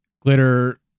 glitter